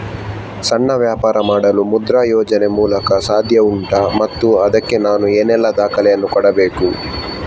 ಸಣ್ಣ ವ್ಯಾಪಾರ ಮಾಡಲು ಮುದ್ರಾ ಯೋಜನೆ ಮೂಲಕ ಸಾಧ್ಯ ಉಂಟಾ ಮತ್ತು ಅದಕ್ಕೆ ನಾನು ಏನೆಲ್ಲ ದಾಖಲೆ ಯನ್ನು ಕೊಡಬೇಕು?